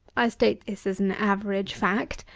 i state this as an average fact,